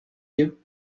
you